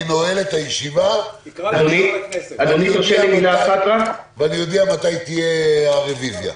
אני אודיע מתי תתקיים הרביזיה.